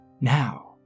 Now